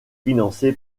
financé